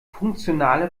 funktionale